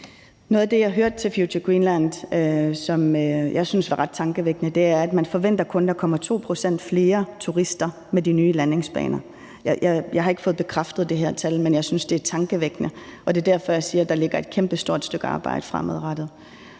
Noget af det, jeg hørte ved Future Greenland, som jeg syntes var ret tankevækkende, var, at man forventer, at der kun kommer 2 pct. flere turister med de nye landingsbaner. Jeg har ikke fået bekræftet det her tal, men jeg synes, det er tankevækkende. Og det er derfor, jeg siger, at der ligger et kæmpestort stykke arbejde fremadrettet.